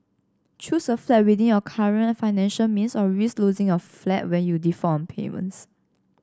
choose a flat within your current financial means or risk losing your flat when you default on payments